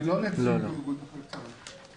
אני לא נציג ארגון נכי צה"ל.